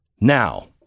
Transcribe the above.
Now